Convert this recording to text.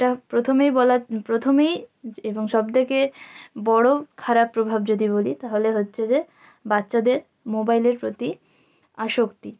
যেটা প্রথমেই বলার প্রথমেই এবং সবথেকে বড় খারাপ প্রভাব যদি বলি তাহলে হচ্ছে যে বাচ্চাদের মোবাইলের প্রতি আসক্তি